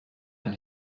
when